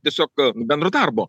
tiesiog bendro darbo